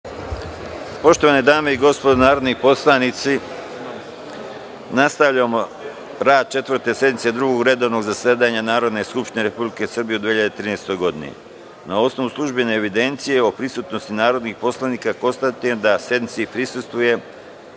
Poštovane dame i gospodo narodni poslanici, nastavljamo rad Četvrte sednice Drugog redovnog zasedanja Narodne skupštine Republike Srbije u 2013. godini. Na osnovu službene evidencije o prisutnosti narodnih poslanika, konstatujem da sednici prisustvuje